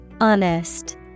Honest